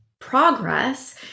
progress